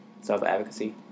Self-advocacy